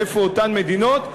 ואיפה אותן מדינות,